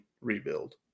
rebuild